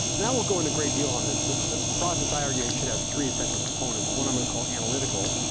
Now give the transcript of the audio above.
and i won't go on a great deal on this. but the process i argue should have three essential components one i'm going to call analytical,